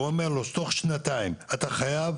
והוא אומר לו שתוך שנתיים אתה חייב